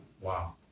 Wow